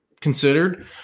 considered